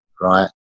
right